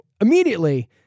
immediately